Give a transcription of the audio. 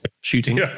shooting